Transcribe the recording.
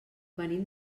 venim